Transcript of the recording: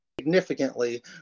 significantly